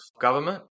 government